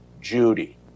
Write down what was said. Judy